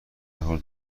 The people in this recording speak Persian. حال